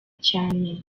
cyane